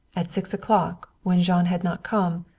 at six o'clock, when jean had not come,